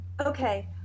okay